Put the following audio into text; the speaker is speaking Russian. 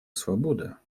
свобода